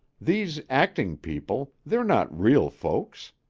these acting people, they're not real folks.